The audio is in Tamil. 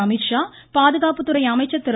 அமீத்ஷா பாதுகாப்புத்துறை அமைச்சர் திரு